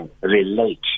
relate